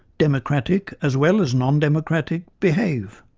democratic as well as non-democratic, behave.